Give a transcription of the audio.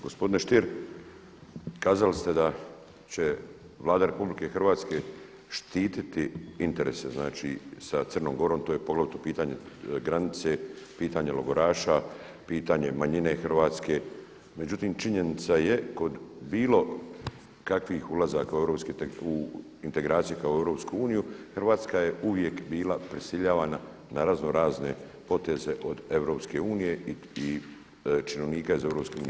Gospodine Stier, kazali ste da će Vlada RH štititi interese znači sa Crnom Gorom to je pogotovo pitanje granice, pitanje logoraša, pitanje manjine hrvatske, međutim činjenica je kod bilo kakvih ulazaka u europske integracije kao u EU, Hrvatska je uvijek bila prisiljavana na raznorazne poteze od EU i činovnika iz EU.